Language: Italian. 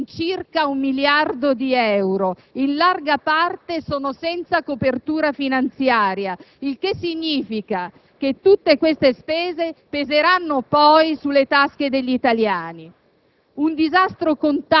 sono valutate in circa 1 miliardo di euro; in larga parte sono senza copertura finanziaria. Ciò significa che tutte queste spese peseranno poi sulle tasche degli italiani.